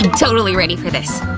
and totally ready for this.